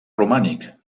romànic